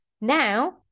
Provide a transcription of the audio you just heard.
now